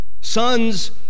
sons